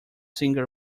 singer